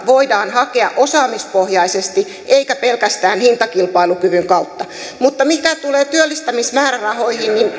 voidaan hakea osaamispohjaisesti eikä pelkästään hintakilpailukyvyn kautta mutta mitä tulee työllistämismäärärahoihin